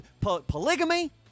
polygamy